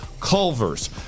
Culver's